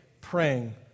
praying